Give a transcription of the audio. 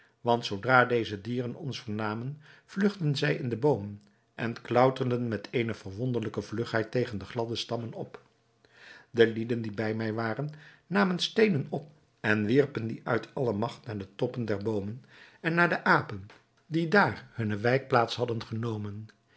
want zoodra deze dieren ons vernamen vlugtten zij in de boomen en klauterden met eene verwonderlijke vlugheid tegen de gladde stammen op de lieden die bij mij waren namen steenen op en wierpen die uit alle magt naar te toppen der boomen en naar de apen die daar hunne wijkplaats hadden genomen